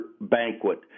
Banquet